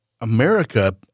America